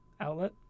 outlet